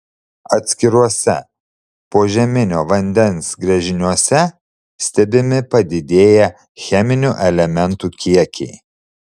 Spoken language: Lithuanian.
atskiruose požeminio vandens gręžiniuose stebimi padidėję cheminių elementų kiekiai